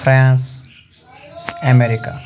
France America